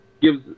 gives